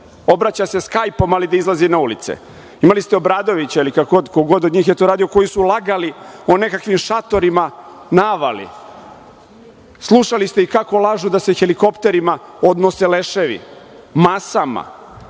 Obraća se „skajpom“, ali da izlaze na ulice. Imali ste Obradovića ili ko god je to od njih radio, koji su lagali o nekakvim šatorima na Avali. Slušali ste ih kako lažu da se helikopterima odnose leševi, masama.